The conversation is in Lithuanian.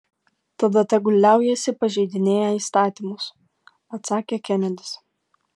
tada tegul liaujasi pažeidinėję įstatymus atsakė kenedis